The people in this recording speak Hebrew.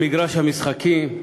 במגרש המשחקים,